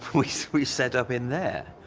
we set up in there,